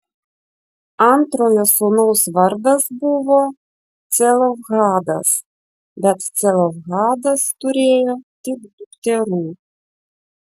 antrojo sūnaus vardas buvo celofhadas bet celofhadas turėjo tik dukterų